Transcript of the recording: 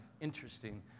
interesting